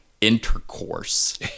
intercourse